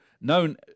known